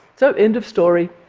so, end of story.